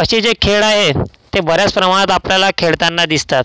असे जे खेळ आहेत ते बऱ्याच प्रमाणात आपल्याला खेळतांना दिसतात